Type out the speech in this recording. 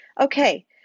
Okay